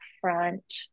front